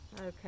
okay